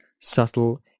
subtle